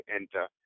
enter